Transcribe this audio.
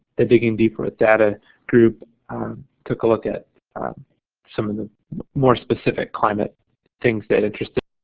the digging deeper with data group took a look at some of the more specific climate things that interested